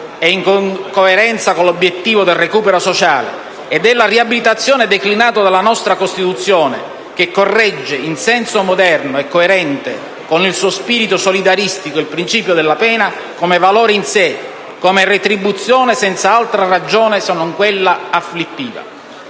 in coerenza con l'obiettivo del recupero sociale e della riabilitazione declinato dalla nostra Costituzione, che corregge in senso moderno e coerente con il suo spirito solidaristico il principio della pena come valore in sé, come retribuzione senza altra ragione se non quella afflittiva.